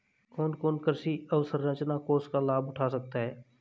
कौन कौन कृषि अवसरंचना कोष का लाभ उठा सकता है?